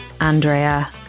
Andrea